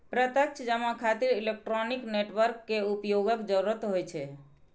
प्रत्यक्ष जमा खातिर इलेक्ट्रॉनिक नेटवर्क के उपयोगक जरूरत होइ छै